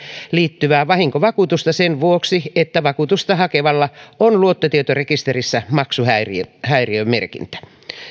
liittyvää vahinkovakuutusta sen vuoksi että vakuutusta hakevalla on luottotietorekisterissä maksuhäiriömerkintä